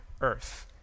earth